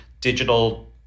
digital